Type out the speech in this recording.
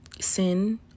sin